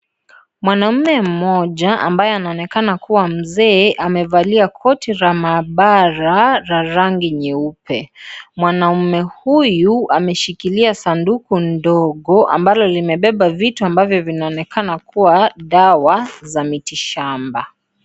Mwanaume moja ambaye anaonekana kuwa mzee amevalia koti la maabara la rangi nyeupe. Mwanaume huyu ameshikilia sanduku ndogo ambalo limebeba vitu ndogo ambavyo vinaonekana kuwa dawa za miti shamba.